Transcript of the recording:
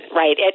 right